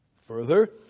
Further